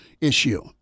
issue